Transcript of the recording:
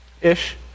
Ish